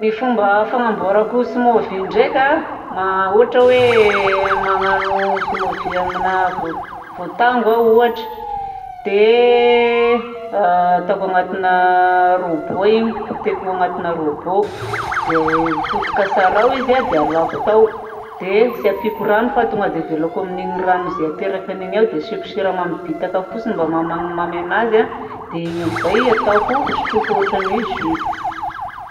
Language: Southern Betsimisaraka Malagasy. Ny fomba fanamboarako smoothie ndraika na ohatra hoe magnano smoothie amina voatango aho ohatra dia ataoko anatina robot iny, potehiko anatina robot dia potika tsara ao izy a. Dia halàko tao dia tsy ampiko rano fa tonga dia avelako amin'ny rano ze aterakan'igny ao dia hasiako siramamy bitaka fotsiny mba mahamamimamy anazy dia iny amin'izay hataoko sotroiko ohatran'ny hoe jus.